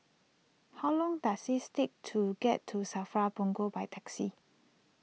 how long does it take to get to Safra Punggol by taxi